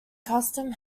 custom